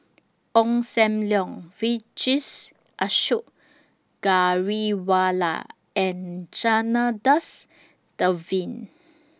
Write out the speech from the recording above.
Ong SAM Leong Vijesh Ashok Ghariwala and Janadas Devan